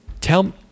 Tell